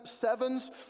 sevens